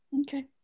okay